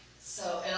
so,